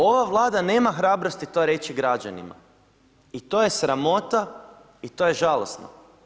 Ova Vlada nema hrabrosti to reći građanima i to je sramota i to je žalosno.